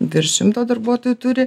virš šimto darbuotojų turi